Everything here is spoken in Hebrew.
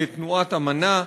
תנועת "אמנה".